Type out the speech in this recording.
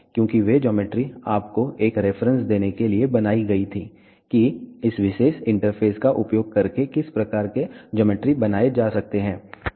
क्योंकि वे ज्योमेट्री आपको एक रेफरेंस देने के लिए बनाई गई थीं कि इस विशेष इंटरफ़ेस का उपयोग करके किस प्रकार के ज्योमेट्री बनाए जा सकते हैं